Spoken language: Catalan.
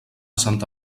santa